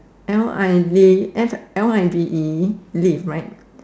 L I V F L I V E live right